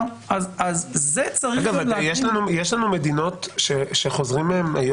יש מדינות שחוזרים מהן,